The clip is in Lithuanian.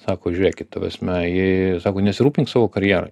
sako žiūrėkit ta prasme jie sako nesirūpink savo karjera